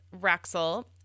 Raxel